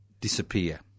disappear